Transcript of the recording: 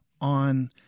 on